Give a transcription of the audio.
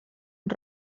uns